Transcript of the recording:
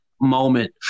moment